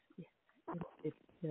yes